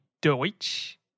Deutsch